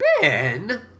Ben